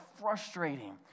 frustrating